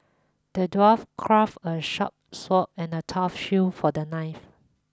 the dwarf crafted a sharp sword and a tough shield for the knife